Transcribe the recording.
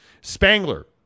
Spangler